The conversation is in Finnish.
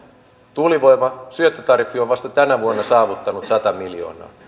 tuulivoiman syöttötariffi on vasta tänä vuonna saavuttanut sata miljoonaa